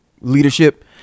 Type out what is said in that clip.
leadership